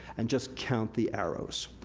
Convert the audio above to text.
and just count the arrows.